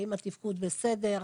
האם התפקוד בסדר,